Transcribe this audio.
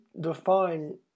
define